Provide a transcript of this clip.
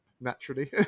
naturally